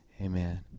amen